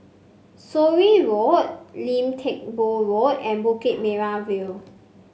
Surin Road Lim Teck Boo Road and Bukit Merah View